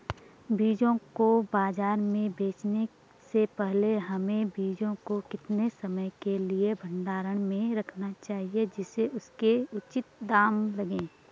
बीजों को बाज़ार में बेचने से पहले हमें बीजों को कितने समय के लिए भंडारण में रखना चाहिए जिससे उसके उचित दाम लगें?